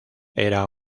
era